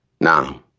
Now